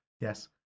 Yes